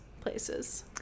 places